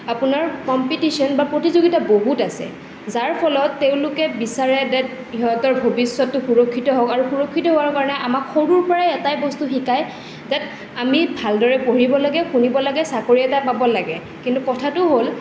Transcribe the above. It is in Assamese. আপোনাৰ কম্পিটিশ্যন বা প্ৰতিযোগিতা বহুত আছে যাৰ ফলত তেওঁলোকে বিচাৰে ডেট সিহঁতৰ ভৱিষ্যতটো সুৰক্ষিত হওক আৰু সুৰক্ষিত হোৱাৰ কাৰণে আমাক সৰুৰ পৰাই এটাই বস্তু শিকাই ডেট আমি ভাল দৰে পঢ়িব লাগে শুনিব লাগে চাকৰি এটা পাব লাগে কিন্তু কথাটো হ'ল